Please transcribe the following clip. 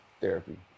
therapy